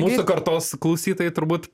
mūsų kartos klausytojai turbūt